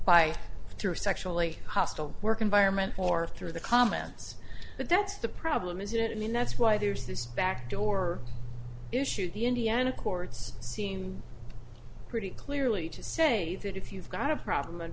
her sexually hostile work environment or through the comments but that's the problem isn't it i mean that's why there's this back door issue the indiana courts seem pretty clearly to say that if you've got a problem